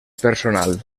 personal